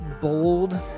bold